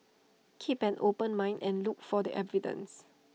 keep an open mind and look for the evidence